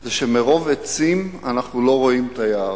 זה שמרוב עצים אנחנו לא רואים את היער.